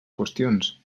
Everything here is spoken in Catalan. qüestions